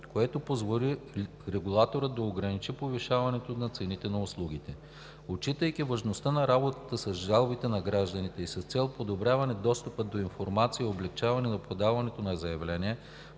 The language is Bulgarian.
което позволи регулаторът да ограничи повишението на цените на услугите. Отчитайки важността на работата с жалбите на гражданите и с цел подобряване на достъпа до информация и облекчаване на подаването на заявления,